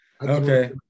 Okay